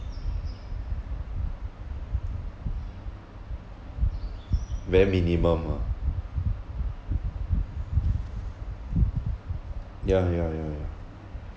very minimum ah ya ya ya ya